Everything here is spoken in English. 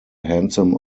handsome